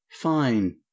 fine